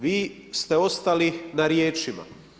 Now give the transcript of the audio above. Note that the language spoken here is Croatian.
Vi ste ostali na riječima.